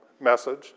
message